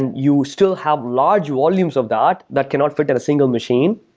you still have large volumes of that that cannot fit at a single machine,